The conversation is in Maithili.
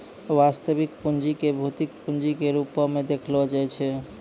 वास्तविक पूंजी क भौतिक पूंजी के रूपो म देखलो जाय छै